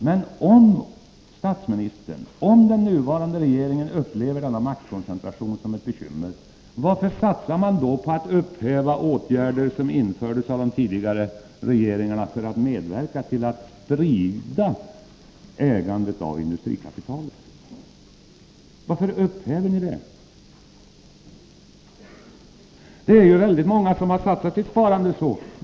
Men, statsministern, om den nuvarande regeringen upplever maktkoncentrationen som ett bekymmer, varför satsar regeringen då på att upphäva besluten om de åtgärder som de tidigare regeringarna vidtog för att medverka till att sprida ägandet av industrikapitalet? Varför upphäver ni dem? Väldigt många människor har ju satsat sitt sparande i industrin.